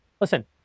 Listen